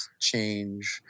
change